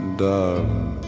darling